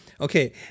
Okay